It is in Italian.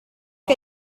che